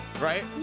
Right